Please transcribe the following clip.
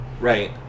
Right